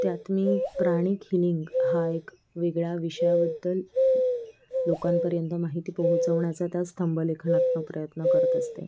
त्यात मी pranic healing हा एक वेगळ्या विषयाबद्दल लोकांपर्यंत माहिती पोहोचवण्याचा त्या स्तंभ लेखनातून प्रयत्न करत असते